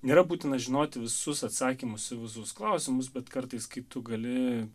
nėra būtina žinoti visus atsakymus į visus klausimus bet kartais kai tu gali